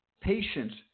patients